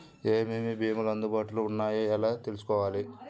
ఏమేమి భీమాలు అందుబాటులో వున్నాయో ఎలా తెలుసుకోవాలి?